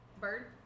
Bird